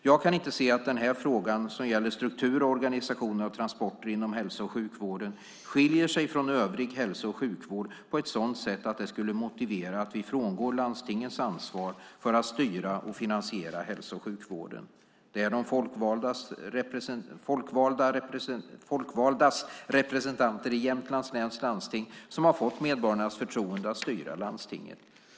Jag kan inte se att denna fråga, som gäller struktur och organisation av transporter inom hälso och sjukvården, skiljer sig från övrig hälso och sjukvård på ett sådant sätt att det skulle motivera att vi frångår landstingens ansvar för att styra och finansiera hälso och sjukvården. Det är de folkvaldas representanter i Jämtlands läns landsting som har fått medborgarnas förtroende att styra landstinget.